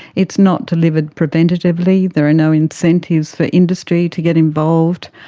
it's not delivered preventatively, there are no incentives for industry to get involved,